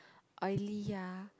oily ya